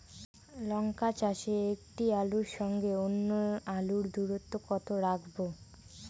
লঙ্কা চাষে একটি আলুর সঙ্গে অন্য আলুর দূরত্ব কত রাখবো?